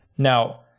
Now